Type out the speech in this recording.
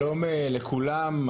שלום לכולם,